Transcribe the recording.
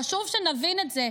חשוב שנבין את זה,